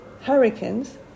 hurricanes